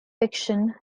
fiction